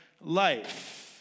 life